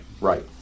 right